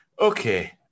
Okay